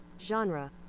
Genre